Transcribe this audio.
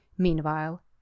Meanwhile